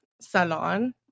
salon